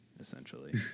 essentially